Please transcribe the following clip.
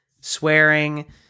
swearing